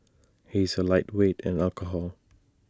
he is A lightweight in alcohol